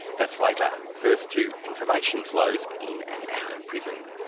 that's later. first to information flows in and out of prison.